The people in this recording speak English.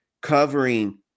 covering